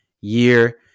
year